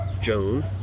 Joan